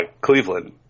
Cleveland